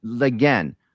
again